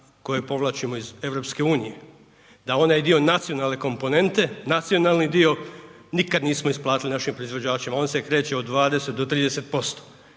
koja povlačimo iz EU, da onaj dio nacionalne komponente, nacionalni dio nikad nismo isplatili našim proizvođačima, on se kreće od 20 do 30%